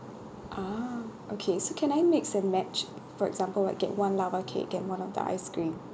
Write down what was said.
ah okay so can I mix and match for example like get one lava cake get one of the ice cream